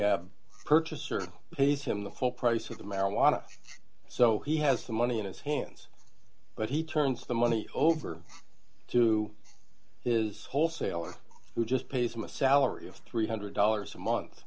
the purchaser he's him the full price of the marijuana so he has the money in his hands but he turns the money over to d is wholesaler who just pays him a salary of three hundred dollars a month